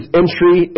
entry